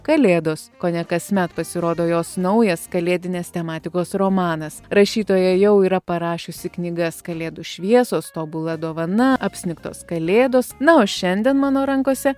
kalėdos kone kasmet pasirodo jos naujas kalėdinės tematikos romanas rašytoja jau yra parašiusi knygas kalėdų šviesos tobula dovana apsnigtos kalėdos na o šiandien mano rankose